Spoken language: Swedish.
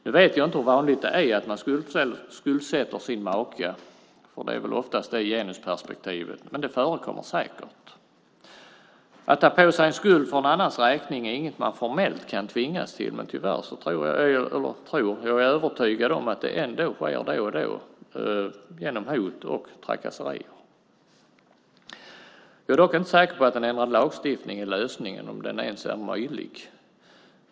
Nu vet jag inte hur vanligt det är att man skuldsätter sin maka - för det är oftast det genusperspektivet som det handlar om - men det förekommer säkert. Att ta på sig en skuld för en annans räkning är inget man formellt kan tvingas till, men tyvärr är jag övertygad om att det ändå sker då och då genom hot och trakasserier. Jag är dock inte säker på att en ändrad lagstiftning är lösningen om den ens är möjlig.